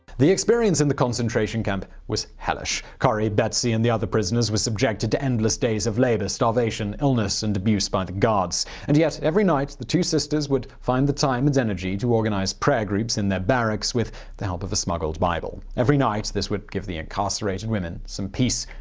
the experience in the concentration camp was just hellish. corrie, betsie, and the other prisoners were subjected to endless days of labour, starvation, illness and abuse by the guards. and yet, every night, the two sisters would find the time and energy to organise prayer groups in their barracks, with the help of smuggled bible. every night, this would give the incarcerated women some peace,